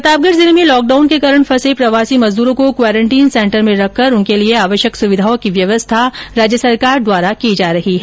प्रतापगढ जिले में लॉकडाउन के कारण फंसे प्रवासी मजदूरो को क्वारेन्टीन सेन्टर में रखकर उनके लिए आवश्यक सुविघाओं की व्यवस्था सरकार द्वारा की जा रही है